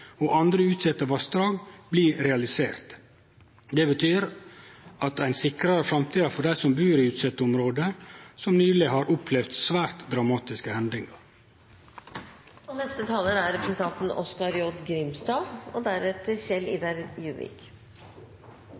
og andre utsette vassdrag bli realiserte. Det betyr at ein sikrar framtida for dei som bur i utsette område, og som nyleg har opplevt svært dramatiske